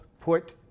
put